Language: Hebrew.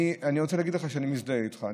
אני רוצה להגיד לך שאני מזדהה איתך.